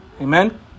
Amen